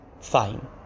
fine